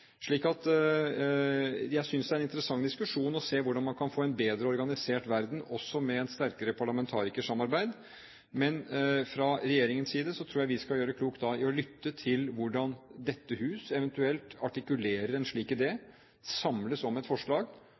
Jeg synes det er en interessant diskusjon å finne ut av hvordan man kan få en bedre organisert verden, også med tanke på et sterkere parlamentarikersamarbeid. Men fra regjeringens side tror jeg vi skal gjøre klokt i å lytte til hvordan dette hus eventuelt artikulerer en slik idé, og samles om et forslag.